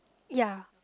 ya